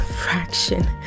fraction